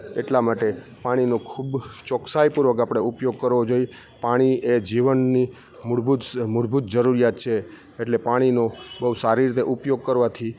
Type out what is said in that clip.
એટલા માટે પાણીનો ખૂબ ચોકસાઈપૂર્વક આપણે ઉપયોગ કરવો જોઈ પાણી એ જીવનની મૂળભૂત મૂળભૂત જરૂરિયાત છે એટલે પાણીનો બહુ સારી રીતે ઉપયોગ કરવાથી